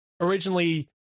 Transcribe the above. originally